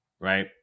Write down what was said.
Right